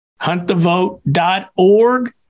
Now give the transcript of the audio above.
huntthevote.org